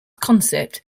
concept